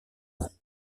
ans